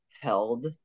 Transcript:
held